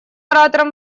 оратором